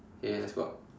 okay let's go out